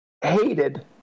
hated